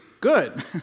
good